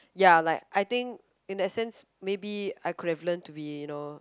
ya like I think in that sense maybe I could have learn to be